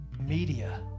media